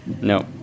No